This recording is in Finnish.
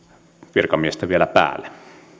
virkamiestä vielä päälle